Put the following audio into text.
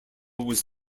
was